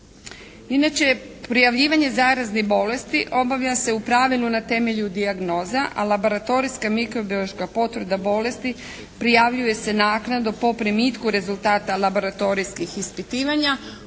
Inače prijavljivanje zaraznih bolesti obavlja se u pravilu na temelju dijagnoza, a laboratorijska mikrobiološka potvrda bolesti prijavljuje se naknadno po primitku rezultata laboratorijskih ispitivanja u